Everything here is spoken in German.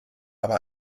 aber